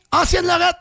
Ancienne-Lorette